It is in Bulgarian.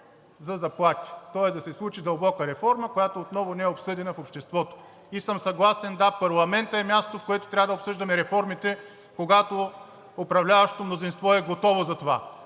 за заплати. Тоест да се случи дълбока реформа, която отново не е обсъдена в обществото. И съм съгласен, да, парламентът е мястото, в което трябва да обсъждаме реформите, когато управляващото мнозинство е готово за това.